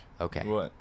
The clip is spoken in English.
Okay